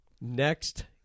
Next